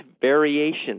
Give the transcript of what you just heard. variation